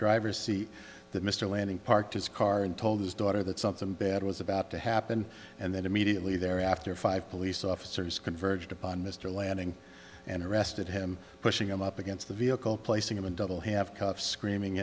driver's seat that mr lanning parked his car and told his daughter that something bad was about to happen and then immediately thereafter five police officers converged upon mr landing and arrested him pushing him up against the vehicle placing him in double have cuffs screaming